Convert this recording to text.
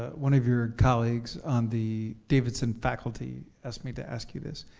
one of your colleagues on the davidson faculty asked me to ask you this.